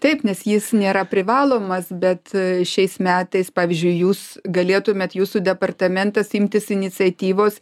taip nes jis nėra privalomas bet a šiais metais pavyzdžiui jūs galėtumėt jūsų departamentas imtis iniciatyvos